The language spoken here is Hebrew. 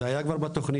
זה היה כבר בתוכנית.